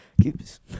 keeps